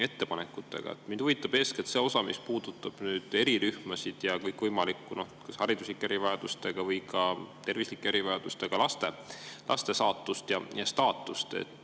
ettepanekutega. Mind huvitab eeskätt see osa, mis puudutab erirühmasid ja kõikvõimalike hariduslike erivajadustega või ka tervislike erivajadustega laste saatust ja staatust.